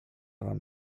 wam